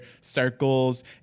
circles